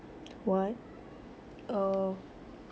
what oh